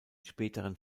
späteren